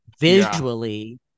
visually